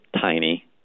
tiny